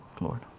Lord